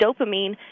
dopamine